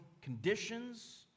conditions